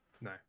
No